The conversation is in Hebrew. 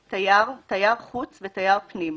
"תייר" תייר חוץ ותייר פנים,